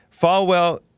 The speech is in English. Falwell